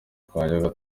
twajyaga